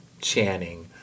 Channing